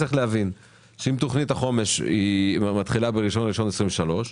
צריך להבין שאם תכנית החומש מתחילה באחד בינואר 23',